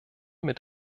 mit